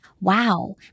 wow